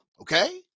okay